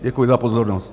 Děkuji za pozornost.